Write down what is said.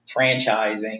franchising